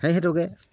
সেই হেতুকে